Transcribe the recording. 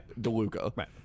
DeLuca